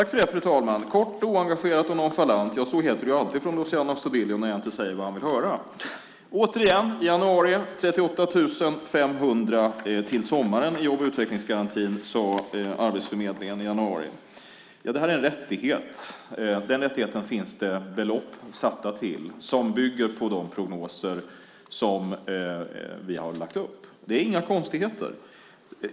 Fru talman! Kort, oengagerat och nonchalant. Så heter det alltid från Luciano Astudillo när jag inte säger vad han vill höra. Återigen: 38 500 till sommaren i jobb och utvecklingsgarantin, sade Arbetsförmedlingen i januari. Det är en rättighet. Den rättigheten finns det belopp satta till som bygger på de prognoser som vi har lagt upp. Det är inga konstigheter.